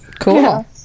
Cool